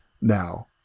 now